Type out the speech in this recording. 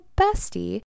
bestie